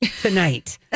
Tonight